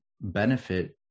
benefit